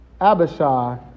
Abishai